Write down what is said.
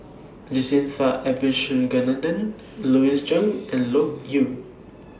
Jacintha Abisheganaden Louis Chen and Loke Yew